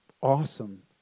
awesome